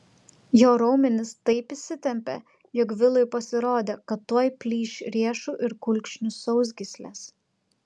jo raumenys taip įsitempė jog vilui pasirodė kad tuoj plyš riešų ir kulkšnių sausgyslės